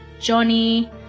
Johnny